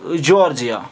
Georgia